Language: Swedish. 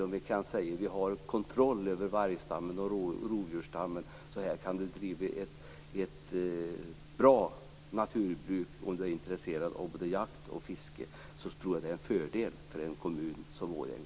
Om vi kan säga: Vi har kontroll över vargstammen och rovdjursstammen, så här kan du driva ett bra naturbruk om du är intresserad av jakt och fiske, tror jag att det är en fördel för en kommun som Årjäng.